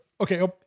Okay